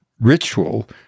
ritual